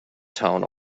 town